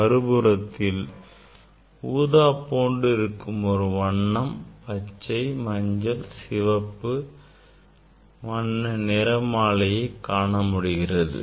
மறுபுறத்தில் ஊதா போன்ற இருக்கும் ஒரு வண்ணம் பச்சை மஞ்சள் மற்றும் சிவப்பு வண்ண நிறமாலையை காணமுடிகிறது